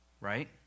right